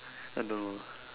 I don't know